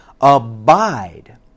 Abide